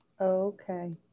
Okay